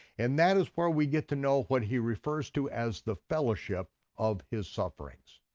and that is where we get to know what he refers to as the fellowship of his sufferings.